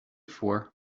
for